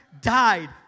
died